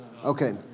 Okay